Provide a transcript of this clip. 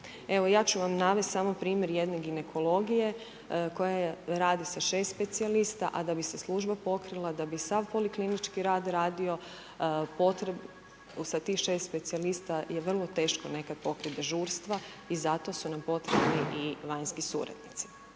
Evo ja ću vam navest samo primjer jedne ginekologije koja radi sa 6 specijalista, a da bi se služba pokrila, da bi sav poliklinički rad radio sa tih 6 specijalista je vrlo teško nekad pokrit dežurstva i zato su nam potrebni i vanjski suradnici.